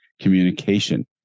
communication